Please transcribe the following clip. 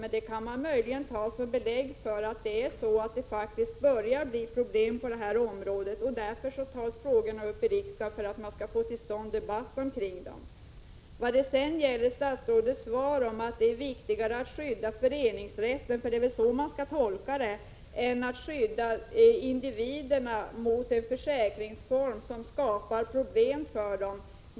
Men det kan man möjligen ta som ett belägg för att det faktiskt börjar bli problem på det här området. Frågorna tas ju upp i riksdagen för att det skall bli debatt kring dem. Statsrådet svarar att det är viktigare att skydda föreningsrätten — det är väl så man skall tolka svaret — än att skydda individerna mot kollektiva hemförsäkringar som skapar problem för dem.